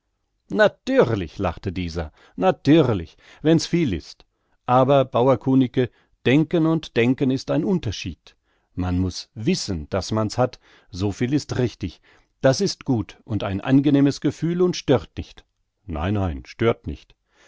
natürlich lachte dieser natürlich wenn's viel ist aber bauer kunicke denken und denken ist ein unterschied man muß wissen daß man's hat soviel ist richtig das ist gut und ein angenehmes gefühl und stört nicht nein nein stört nicht